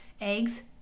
eggs